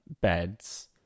beds